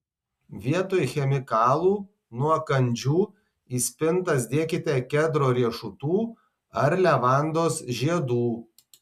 vietoj chemikalų nuo kandžių į spintas dėkite kedro riešutų ar levandos žiedų